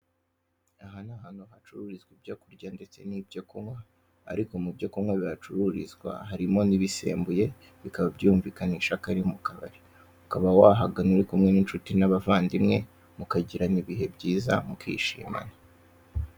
Aha ni ahantu hacururizwa ibyo kurya n'ibyo kunywa, ariko mu byo kunywa bihacururizwa, harimo n'ibisembuye, bikaba byumvikanisha ko ari mu kabari. Wahagana uri kumwe n'inshuti n'abavandimwe, mukagirana ibihe byiza mukishima.